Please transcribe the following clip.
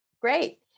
great